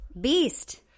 Beast